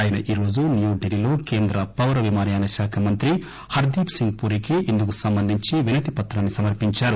ఆయన ఈరోజు న్యూఢిల్లీలో కేంద్ర పౌర విమానయాన శాఖ మంత్రి హర్గీప్ సింగ్ పూరీకి ఇందుకు సంబంధించి వినతిపత్రాన్పి సమర్పించారు